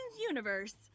universe